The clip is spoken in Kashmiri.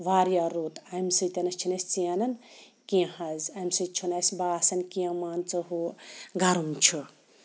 واریاہ رُت امہِ سۭتۍ چھِ نہٕ أسۍ ژینان کینٛہہ حظ امہِ سۭتۍ چھُ نہٕ اَسہِ باسان کینٛہہ مان ژٕ ہہُ گَرم چھُ